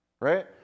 Right